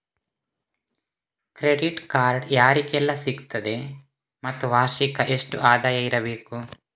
Credit card ಯಾರಿಗೆಲ್ಲ ಸಿಗುತ್ತದೆ ಮತ್ತು ವಾರ್ಷಿಕ ಎಷ್ಟು ಆದಾಯ ಇರಬೇಕು?